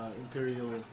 Imperial